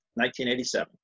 1987